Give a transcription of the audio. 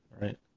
Right